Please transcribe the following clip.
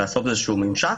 לעשות איזה שהוא ממשק,